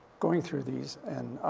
going through these and, ah,